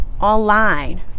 online